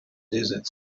desert